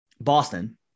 Boston